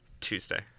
Tuesday